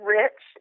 rich